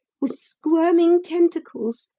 with squirming tentacles,